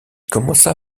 commença